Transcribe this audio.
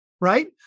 right